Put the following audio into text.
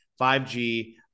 5G